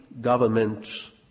government